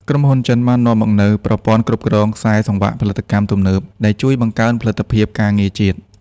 ក្រុមហ៊ុនចិនបាននាំមកនូវប្រព័ន្ធគ្រប់គ្រងខ្សែសង្វាក់ផលិតកម្មទំនើប ដែលជួយបង្កើនផលិតភាពការងារជាតិ។